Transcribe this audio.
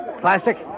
Classic